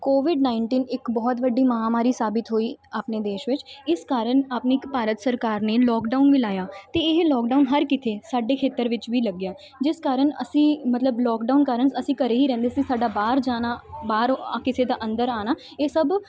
Covid nineteen ਇੱਕ ਬਹੁਤ ਵੱਡੀ ਮਹਾਮਾਰੀ ਸਾਬਿਤ ਹੋਈ ਆਪਣੇ ਦੇਸ਼ ਵਿੱਚ ਇਸ ਕਾਰਨ ਆਪਣੀ ਇੱਕ ਭਾਰਤ ਸਰਕਾਰ ਨੇ ਲੋਕਡਾਊਨ ਵੀ ਲਗਾਇਆ ਤੇ ਇਹ ਲੋਕਡਾਊਨ ਹਰ ਕਿਤੇ ਸਾਡੇ ਖੇਤਰ ਵਿੱਚ ਵੀ ਲੱਗਿਆ ਜਿਸ ਕਾਰਨ ਅਸੀਂ ਮਤਲਬ ਲੋਕਡਾਊਨ ਕਾਰਨ ਅਸੀਂ ਘਰੇ ਹੀ ਰਹਿੰਦੇ ਸੀ ਸਾਡਾ ਬਾਹਰ ਜਾਣਾ ਬਾਹਰੋਂ ਕਿਸੇ ਦਾ ਅੰਦਰ ਆਉਣਾ ਇਹ ਸਭ